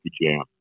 jam